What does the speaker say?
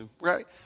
right